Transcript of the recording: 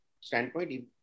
standpoint